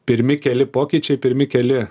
pirmi keli pokyčiai pirmi keli